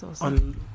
on